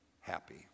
happy